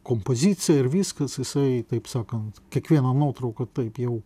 kompoziciją ir viskas jisai taip sakant kiekvieną nuotrauką taip jau